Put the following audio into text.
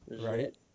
right